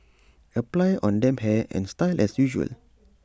apply on damp hair and style as usual